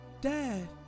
Dad